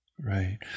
Right